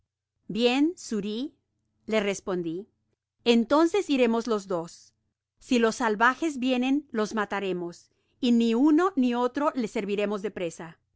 xuri le respondi entonces iremos los dos si los salvajes vienen los mataremosy ni uno n otro les serviremos de presa